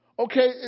Okay